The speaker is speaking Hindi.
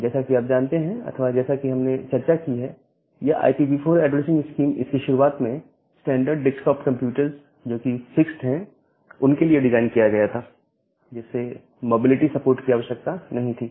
जैसा कि आप जानते हैं अथवा जैसा कि हमने चर्चा की है यह IPv4 ऐड्रेसिंग स्कीम यह शुरुआत में स्टैंडर्ड डेस्कटॉप कंप्यूटर्स जोकि फिक्स्ड है उनके लिए डिजाइन किया गया था जिसे मोबिलिटी सपोर्ट की आवश्यकता नहीं थी